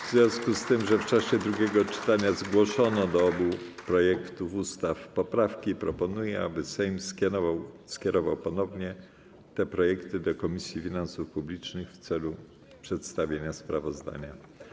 W związku z tym, że w czasie drugiego czytania zgłoszono do obu projektów ustaw poprawki, proponuję, aby Sejm skierował ponownie te projekty do Komisji Finansów Publicznych w celu przedstawienia sprawozdania.